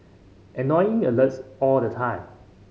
annoying alerts all the time